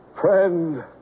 Friend